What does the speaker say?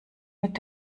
mit